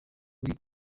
uri